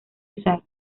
usar